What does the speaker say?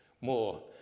more